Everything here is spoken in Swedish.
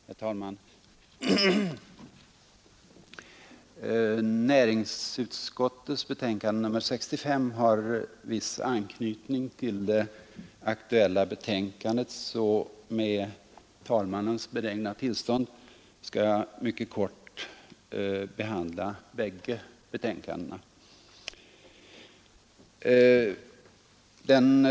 Herr talman! Näringsutskottets betänkande nr 65 har viss anknytning till det aktuella betänkandet. Med talmannens benägna tillstånd skall jag i korthet behandla bägge betänkandena i detta sammanhang.